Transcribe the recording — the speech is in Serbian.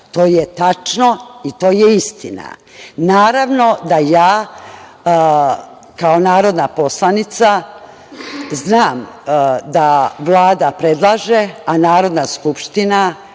To je tačno i to je istina. Naravno da ja kao narodna poslanica znam da Vlada predlaže, a Narodna skupština